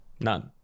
None